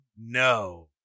no